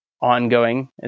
ongoing